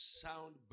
sound